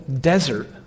desert